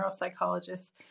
neuropsychologists